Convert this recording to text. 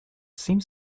seems